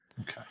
Okay